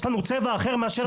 יש לנו צבע אחר מאשר לגדולים.